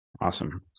Awesome